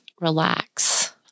relax